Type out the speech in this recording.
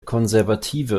konservative